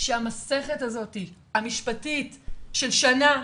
שהמסכת הזאת המשפטית של שנה,